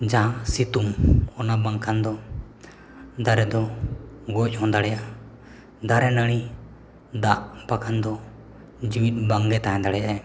ᱡᱟᱦᱟᱸ ᱥᱤᱛᱩᱝ ᱚᱱᱟ ᱵᱟᱝᱠᱷᱟᱱ ᱫᱚ ᱫᱟᱨᱮ ᱫᱚ ᱜᱚᱡ ᱦᱚᱸ ᱫᱟᱲᱮᱭᱟᱜᱼᱟ ᱫᱟᱨᱮᱼᱱᱟᱹᱲᱤ ᱫᱟᱜ ᱵᱟᱝᱠᱷᱟᱱ ᱫᱚ ᱡᱮᱣᱮᱫ ᱵᱟᱝᱜᱮ ᱛᱟᱦᱮᱸ ᱫᱟᱲᱮᱭᱟᱜᱼᱟᱭ